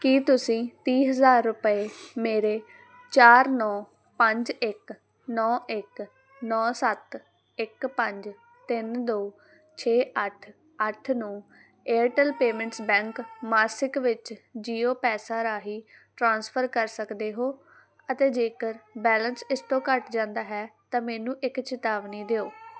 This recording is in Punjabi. ਕੀ ਤੁਸੀਂਂ ਤੀਹ ਹਜ਼ਾਰ ਰੁਪਏ ਮੇਰੇ ਚਾਰ ਨੌਂ ਪੰਜ ਇੱਕ ਨੌਂ ਇੱਕ ਨੌਂ ਸੱਤ ਇੱਕ ਪੰਜ ਤਿੰਨ ਦੋ ਛੇ ਅੱਠ ਅੱਠ ਨੂੰ ਏਅਰਟੈੱਲ ਪੇਮੈਂਟਸ ਬੈਂਕ ਮਾਸਿਕ ਵਿੱਚ ਜੀਓ ਪੈਸਾ ਰਾਹੀਂ ਟ੍ਰਾਂਸਫਰ ਕਰ ਸਕਦੇ ਹੋ ਅਤੇ ਜੇਕਰ ਬੈਲੇਂਸ ਇਸ ਤੋਂ ਘੱਟ ਜਾਂਦਾ ਹੈ ਤਾਂ ਮੈਨੂੰ ਇੱਕ ਚੇਤਾਵਨੀ ਦਿਓ